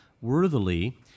worthily